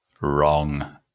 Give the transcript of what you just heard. Wrong